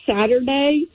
Saturday